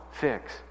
fix